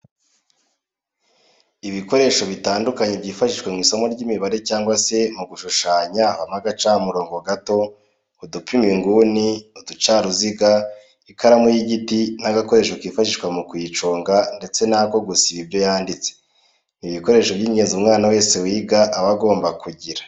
Ibikoresho bitandukanye byifashishwa mu isomo ry'imibare cyangwa se mu gushushanya habamo agacamurongo gato, udupima inguni, uducaruziga, ikaramu y'igiti n'agakoresho kifashishwa mu kuyiconga ndetse n'ako gusiba ibyo yanditse, ni ibikoresho by'ingenzi umwana wese wiga aba agomba kugira.